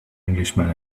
englishman